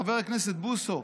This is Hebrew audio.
חבר הכנסת בוסו,